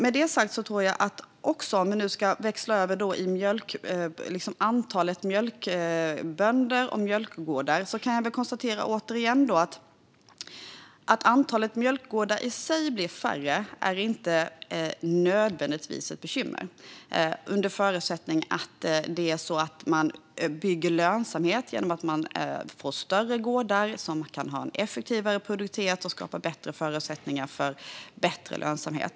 Låt mig gå över till antalet mjölkbönder och mjölkgårdar. Att antalet mjölkgårdar i sig blir färre är inte nödvändigtvis ett bekymmer under förutsättning att man bygger lönsamhet genom att man får större gårdar som kan ha en effektivare produktivitet och skapa bättre förutsättningar för en större lönsamhet.